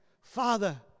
Father